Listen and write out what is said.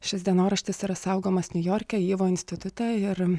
šis dienoraštis yra saugomas niujorke yvo institute ir